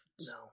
No